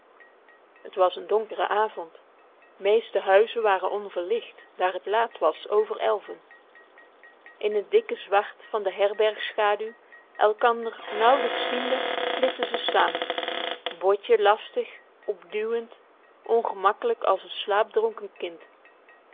het was een donkere avond meeste huizen waren onverlicht daar het laat was over elven in het dikke zwart van de herbergschaduw elkander nauwelijks ziende klitten ze saam botje lastig opduwend ongemakkelijk als een slaapdronken